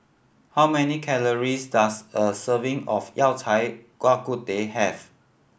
how many calories does a serving of Yao Cai Bak Kut Teh have